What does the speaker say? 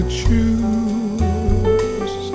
choose